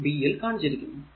1 b യിൽ കാണിച്ചിരിക്കുന്നു